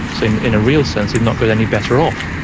so in in a real sense you've not got any better off.